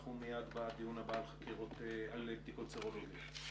אנחנו מייד בדיון הבא על בדיקות הסרולוגיות.